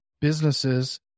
businesses